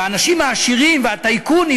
והאנשים העשירים והטייקונים,